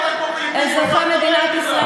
אזרחי מדינת ישראל.